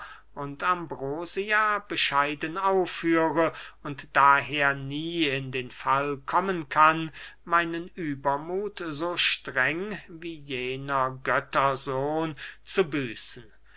und ambrosia bescheiden aufführe und daher nie in den fall kommen kann meinen übermuth so streng wie jener göttersohn zu büßen